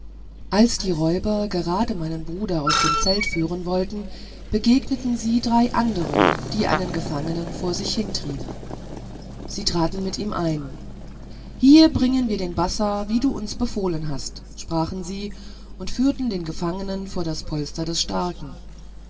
als die räuber gerade meinen bruder aus dem zelt führen wollten begegneten sie drei andern die einen gefangenen vor sich hintrieben sie traten mit ihm ein hier bringen wir den bassa wie du uns befohlen hast sprachen sie und führten den gefangenen vor das polster des starken